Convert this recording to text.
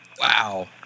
Wow